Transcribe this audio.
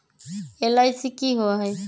LIC की होअ हई?